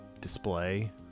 display